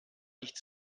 nicht